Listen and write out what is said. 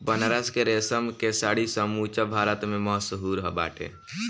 बनारस के रेशम के साड़ी समूचा भारत में मशहूर बाटे